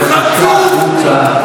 בבקשה החוצה.